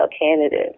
candidate